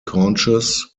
conscious